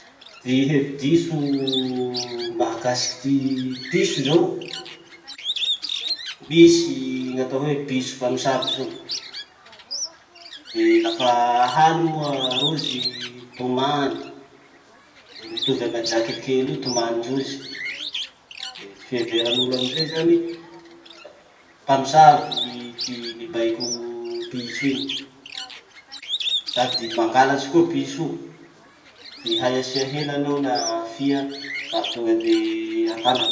Ty hevi-diso mahakasiky ty piso zao, misy ny atao hoe piso mpamosavy zao. De lafa haly moa rozy tomany, le mitovy amy ajà kelikely io tomanin-drozy. Le ty fiheveran'olo amizay zany, mpamosavy ty mibaiko piso iny, sady mangalatsy koa piso io. Tsy hay asia hena neo na fia fa tonga de antanany.